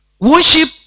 Worship